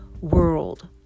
world